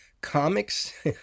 comics